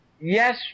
Yes